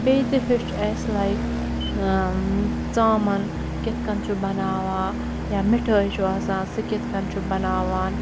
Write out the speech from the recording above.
بیٚیہِ تہِ ہیٚوچھ اَسہِ لایِک ژامَن کِتھٕ کٔنۍ چھُ بَناوان یا مِٹھٲے چھُ آسان سُہ کِتھٕ کٔنۍ چھُ بَناوان